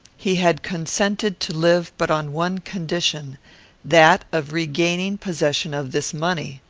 he had consented to live but on one condition that of regaining possession of this money.